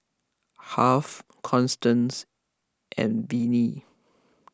Harve Constance and Vennie